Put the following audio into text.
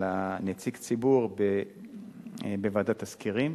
על נציג הציבור בוועדת תסקירים.